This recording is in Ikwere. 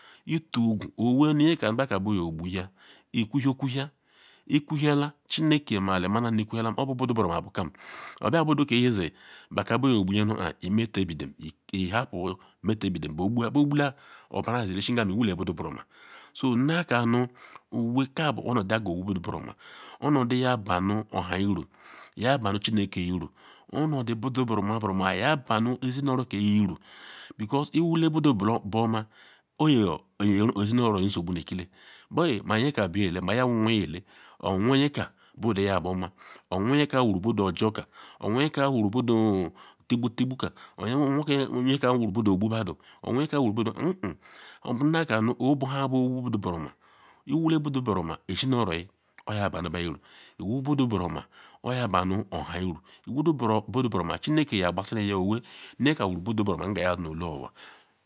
Itun ogu owee nyeka beka nu be yoqbu ikwuhua okwuhia chineke nu ali magu nu ikwu hiala yabu budu buruoma obia budu ka izi ba kanu nu be yogbu nye nu kpa imebee bidum hapua imeteebidum be gbua be gbula ya obura diri isi ngam iwule budu buruoma so naka owee ka bu onodu ayaji nu owu budu buruoma onodu yabanu oha uru yabaru chinekeyi uru onodu budu buruoma buruoma yabu nu ezi nu orokayi uru becuase iwule budu nbuoma onyeye ezi nu nsogbu nu ekile be yara ma nyeka buyele nwoka bu nwoyele obu nwo nyeka buelu ya nbuoma obu nwo nye ka iwuru budu tiqbu tiqbuka obu nwo nyeka iwuru budu ogbu badu hehen owee naka owee ayowu budu buruoma iwule budu buruoma ezi nu oroyi oya banu ba uru iwu budu buruoma oyabanu oha uru iwu budu buruoma chineke yaqbasiniya owee neneka wuru budu buru oma nge ya si nu onwa.